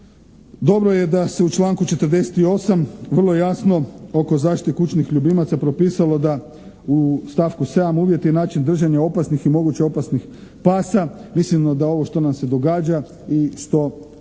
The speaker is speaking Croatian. Dobro je da se u članku 48. vrlo jasno oko zaštite kućnih ljubimaca propisalo da u stavku 7. uvjeti i način držanja opasnih i moguće opasnih pasa. Mislimo da ovo što nam se događa i što